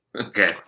Okay